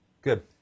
Good